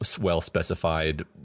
well-specified